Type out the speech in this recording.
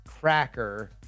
cracker